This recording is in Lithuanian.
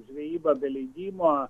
žvejyba be leidimo